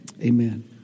Amen